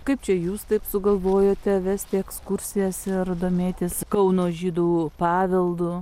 kaip čia jūs taip sugalvojote vesti ekskursijas ir domėtis kauno žydų paveldu